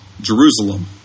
Jerusalem